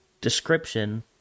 description